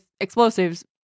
explosives